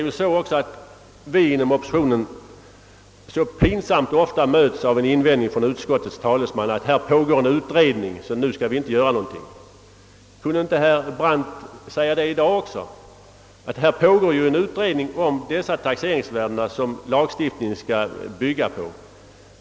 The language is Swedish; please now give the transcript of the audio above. Vi brukar inom oppositionen i olika sammanhang pinsamt ofta mötas av en hänvisning från utskottets talesman till att det pågår en utredning i avvaktan på vilken man inte skall göra något. Kunde inte herr Brandt också i dag på detta sätt påminna om att det pågår en utredning om de taxeringsvärden, på vilka lagstiftningen skall bygga?